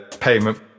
payment